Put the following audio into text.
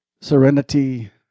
serenity